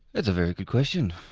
that's a very good question.